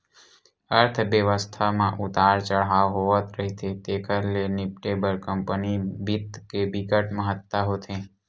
अर्थबेवस्था म उतार चड़हाव होवथ रहिथे तेखर ले निपटे बर कंपनी बित्त के बिकट महत्ता होथे